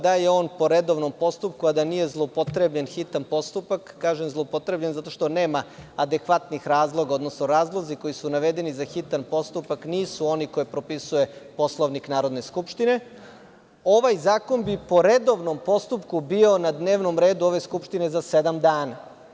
Da je on po redovnom postupku, a da nije zloupotrebljen hitan postupak, kažem zloupotrebljen zato što nema adekvatnih razloga, odnosno razlozi koji su navedeni za hitan postupak nisu oni koje propisuje Poslovnik Narodne skupštine, ovaj zakon bi po redovnom postupku bi na dnevnom redu ove Skupštine za sedam dana.